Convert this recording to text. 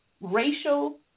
Racial